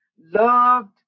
loved